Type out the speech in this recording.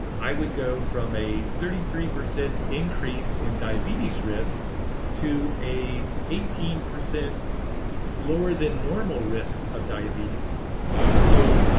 i would go from a thirty three percent increase in diabetes risk to a eighteen percent lower than normal risk of diabetes wow so